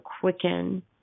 quicken